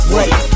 Wait